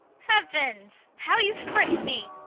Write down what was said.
heavens! how you frightened me!